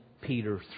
Peter